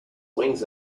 wings